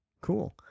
cool